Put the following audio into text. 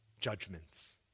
judgments